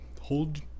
hold